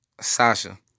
Sasha